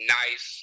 nice